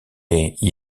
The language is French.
est